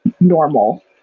normal